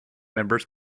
members